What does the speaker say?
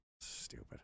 stupid